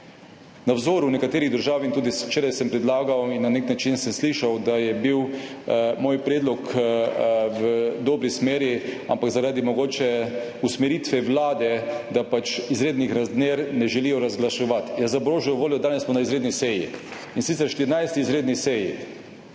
Po vzoru nekaterih držav sem tudi včeraj predlagal in na nek način sem slišal, da gre moj predlog v dobri smeri, ampak mogoče zaradi usmeritve vlade, ki pač izrednih razmer ne želi razglaševati … Ja, za božjo voljo! Danes smo na izredni seji, in sicer 14. izredni seji.